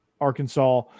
Arkansas